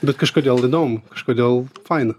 bet kažkodėl įdomu kažkodėl faina